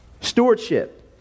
Stewardship